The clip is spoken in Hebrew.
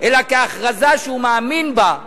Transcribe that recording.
אלא כהכרזה שהוא מאמין בה,